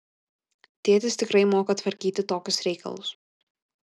tėtis tikrai moka tvarkyti tokius reikalus